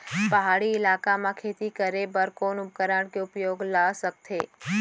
पहाड़ी इलाका म खेती करें बर कोन उपकरण के उपयोग ल सकथे?